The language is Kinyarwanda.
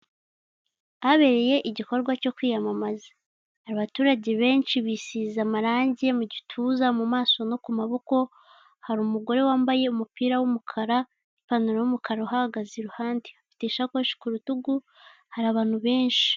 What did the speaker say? Habereye igikorwa cyo kwiyamamaza. Abaturage benshi bisize amarangi mu gituza, mu maso no ku maboko, hari umugore wambaye umupira w'umukara n'pantaro y'umukara, uhahagaze iruhande. Afite ishakoshi ku rutugu hari abantu benshi.